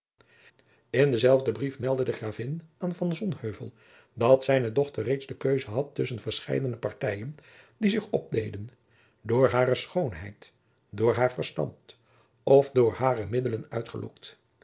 in denzelfden brief meldde de gravin aan van sonheuvel dat zijne dochter reeds de keuze had tusschen verscheidene partijen die zich opdeden door hare schoonheid door haar verstand of door hare middelen uitgelokt